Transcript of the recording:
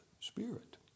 spirit